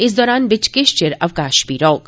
इस दरान बिच्च किश चिर अवकाश बी रौह्ग